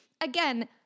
again